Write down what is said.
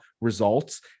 results